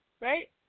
Right